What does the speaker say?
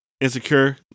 Insecure